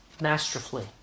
masterfully